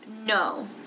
No